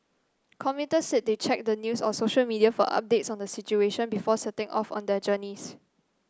commuters said they checked the news or social media for updates on the situation before setting off on their journeys